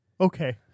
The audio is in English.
Okay